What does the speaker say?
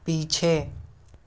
पीछे